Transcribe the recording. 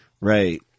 Right